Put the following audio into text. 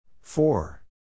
four